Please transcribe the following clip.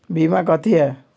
बीमा कथी है?